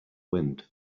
wind